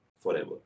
forever